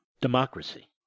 democracy